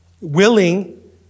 willing